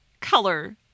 color